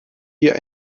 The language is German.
hier